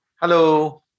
Hello